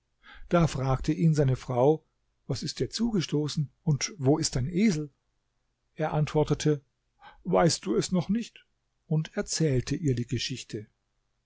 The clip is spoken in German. da fragte ihn seine frau was ist dir zugestoßen und wo ist dein esel er antwortete weißt du es noch nicht und erzählte ihr die geschichte